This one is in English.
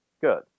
Good